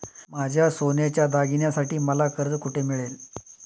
माझ्या सोन्याच्या दागिन्यांसाठी मला कर्ज कुठे मिळेल?